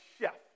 chef